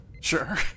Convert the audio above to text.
Sure